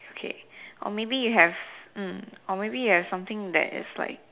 okay or maybe you have mm or maybe you have something that is like